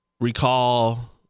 recall